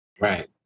Right